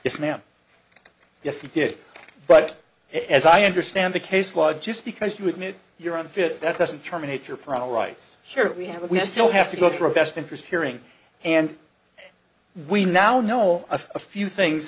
yes ma'am yes he did but as i understand the case law just because you admit you're unfit that doesn't terminate your parental rights here we have we still have to go through a best interest hearing and we now know of a few things